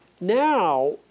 now